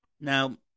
Now